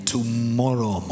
Tomorrow